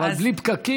אבל בלי פקקים.